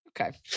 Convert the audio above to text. Okay